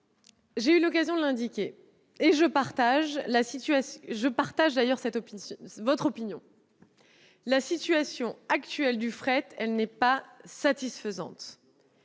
j'ai eu l'occasion de l'indiquer, je partage votre opinion : la situation actuelle du fret n'est pas satisfaisante.